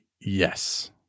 yes